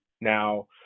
now